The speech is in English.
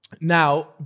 now